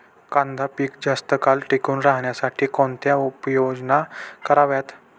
कांदा पीक जास्त काळ टिकून राहण्यासाठी कोणत्या उपाययोजना कराव्यात?